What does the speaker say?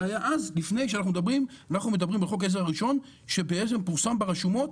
אנחנו מדברים על חוק העזר הראשון שפורסם ברשומות